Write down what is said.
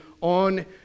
on